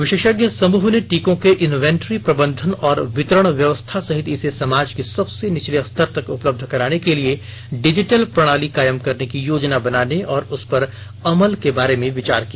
विशेषज्ञ समूह ने टीकों के इनवेंटरी प्रबंधन और वितरण व्यवस्था सहित इसे समाज के सबसे निचले स्तर तक उपलब्ध कराने के लिए डिजिटल प्रणाली कायम करने की योजना बनाने और उसपर अमल के बारे में विचार किया